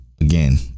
again